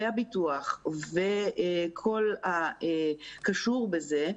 והביטוח וכל הקשור בזה,